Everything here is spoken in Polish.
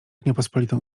niepospolitą